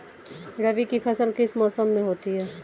रबी की फसल किस मौसम में होती है?